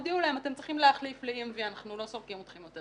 הודיעו להם שהם צריכים להחליף ל-EMV ולא סולקים להם יותר,